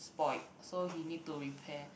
spoilt so he need to repair